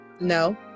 No